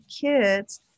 kids